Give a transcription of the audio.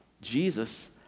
Jesus